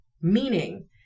Meaning